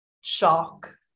shock